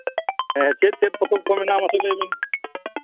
ᱦᱮᱸ ᱪᱮᱫ ᱪᱮᱫ ᱯᱚᱛᱚᱵ ᱠᱚ ᱢᱮᱱᱟᱜᱼᱟ ᱢᱟᱥᱮ ᱞᱟᱹᱭ ᱵᱤᱱ